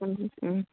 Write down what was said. পো